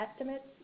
estimates